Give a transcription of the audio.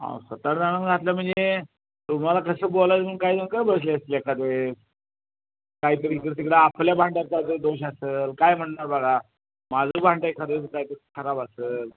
अहो स्वतः जाणून घातलं म्हणजे तुम्हाला कसं बोलायचं म्हणून काय जण गप्प बसले असतील एखाद वेळेस कायतरी इकडे तिकडे आपल्या भांड्याचा बी दोष असेल काय म्हणणार बघा माझं भांडं एखाद वेळेस कायतरी खराब असेल